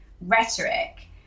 rhetoric